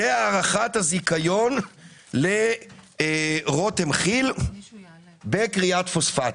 זה הארכת הזיכיון לרותם כי"ל בכריית פוספטים.